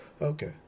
Okay